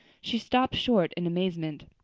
she stopped short in amazement.